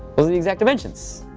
those are the exact dimensions.